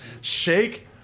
Shake